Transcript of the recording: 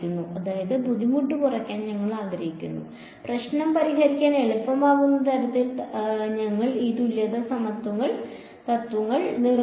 അതിനാൽ പ്രശ്നം പരിഹരിക്കാൻ എളുപ്പമാകുന്ന തരത്തിൽ ഞങ്ങൾ ഈ തുല്യത തത്വങ്ങൾ നിർമ്മിക്കും